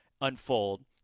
unfold